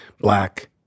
black